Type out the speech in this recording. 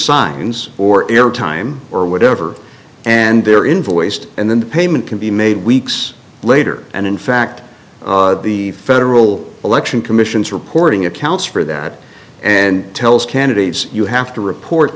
signs or airtime or whatever and they're invoiced and then the payment can be made weeks later and in fact the federal election commission's reporting accounts for that and tells candidates you have to report